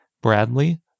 Bradley